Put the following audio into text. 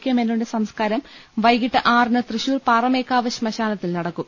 K മേനോന്റെ സംസ്കാരം വൈകീട്ട് ആറിന് തൃശൂർ പാറമേ ക്കാവ് ശ്മശാനത്തിൽ നടക്കും